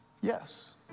yes